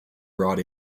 brought